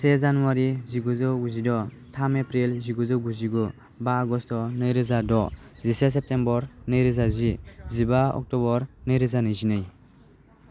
से जानुवारी जिगुजौ गुजिद' थाम एप्रिल जिगुजौ गुजिगु बा आगष्ट' नैरोजा द' जिसे सेप्तेम्बर नैरोजा जि जिबा अक्ट'बर नैरोजा नैजिनै